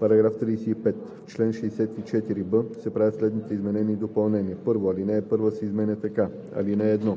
§ 35: „§ 35. В чл. 64б се правят следните изменения и допълнения: 1. Алинея 1 се изменя така: „(1)